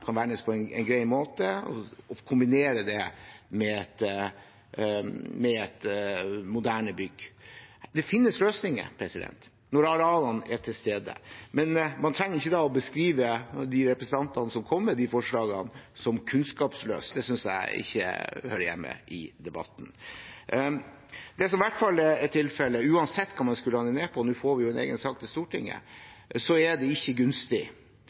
vernes på en grei måte, og at man kombinerer det med et moderne bygg. Det finnes løsninger når arealene er til stede, men man trenger ikke å beskrive de representantene som kommer med de forslagene, som kunnskapsløse. Det synes jeg ikke hører hjemme i debatten. Det som i hvert fall er tilfellet, uansett hva man skulle lande på – nå får vi jo en egen sak til Stortinget – er at det er ikke gunstig